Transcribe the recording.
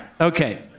Okay